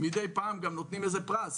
מידי פעם נותנים פרס